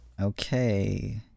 Okay